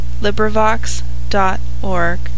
LibriVox.org